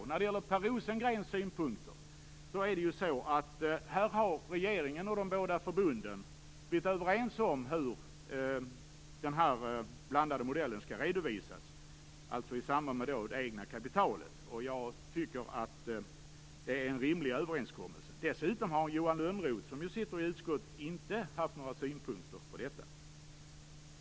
Beträffande Per Rosengrens synpunkter har regeringen och de båda förbunden kommit överens om hur den blandade modellen skall redovisas, dvs. i samband med det egna kapitalet. Det är en rimlig överenskommelse. Dessutom har Johan Lönnroth, som ju sitter i utskottet, inte haft några synpunkter på detta.